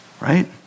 Right